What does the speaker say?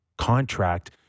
contract